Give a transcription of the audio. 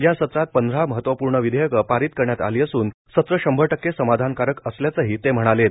या सत्रात पंधरा महत्त्वपूर्ण विधेयकं पारित करण्यात आली असून सत्र शंभर टक्के समाधानकारक असल्याचंही ते म्हणालेत